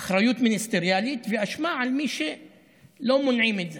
אחריות מיניסטריאלית ואשמה על מי שלא מונעים את זה.